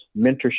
Mentorship